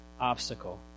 obstacle